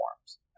forms